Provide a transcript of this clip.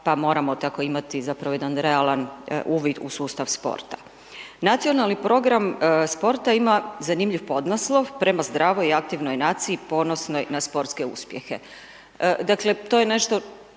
pa moramo tako imati, zapravo jedan realan uvid u sustav sporta. Nacionalni program sporta ima zanimljiv podnaslov, prema zdravoj i aktivnoj naciji ponosni na sportske uspjehe. Dakle, to je nešto